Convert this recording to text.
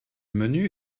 menu